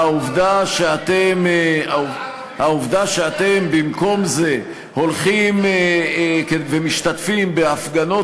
העובדה שאתם במקום זה הולכים ומשתתפים בהפגנות